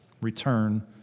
Return